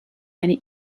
eine